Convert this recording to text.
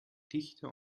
dichter